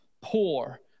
poor